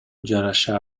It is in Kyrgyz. жараша